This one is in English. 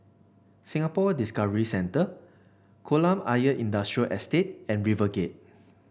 Singapore Discovery Centre Kolam Ayer Industrial Estate and RiverGate